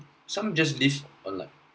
some just leave on like